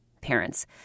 parents